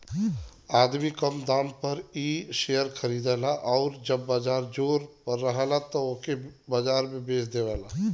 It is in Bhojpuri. आदमी कम दाम पर इ शेअर खरीदेला आउर जब बाजार जोर पर रहेला तब ओके बाजार में बेच देवेला